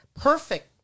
perfect